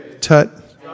Tut